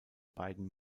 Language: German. beiden